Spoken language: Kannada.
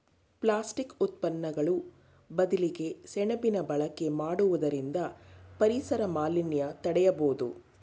ಪ್ಲಾಸ್ಟಿಕ್ ಉತ್ಪನ್ನಗಳು ಬದಲಿಗೆ ಸೆಣಬಿನ ಬಳಕೆ ಮಾಡುವುದರಿಂದ ಪರಿಸರ ಮಾಲಿನ್ಯ ತಡೆಯಬೋದು